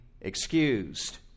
excused